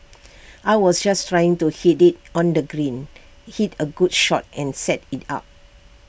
I was just trying to hit IT on the green hit A good shot and set IT up